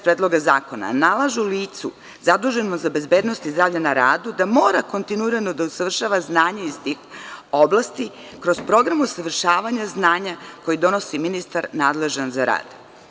Predloga zakona, nalažu licu zaduženom za bezbednost i zdravlje na radu da mora kontinuirano da usavršava znanje iz tih oblasti kroz program usavršavanja znanja koji donosi ministar nadležan za rad.